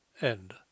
End